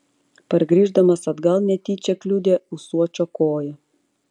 pargrįždamas atgal netyčia kliudė ūsuočio koją